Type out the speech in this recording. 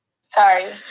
Sorry